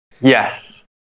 Yes